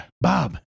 Bob